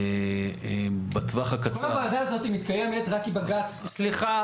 כל הוועדה הזו מתקיימת רק כי בג"ץ --- סליחה.